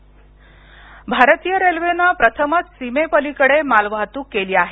railway भारतीय रेल्वेने प्रथमच सीमेपलीकडे मालवाहतूक केली आहे